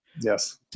Yes